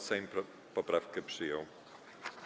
Sejm poprawkę przyjął.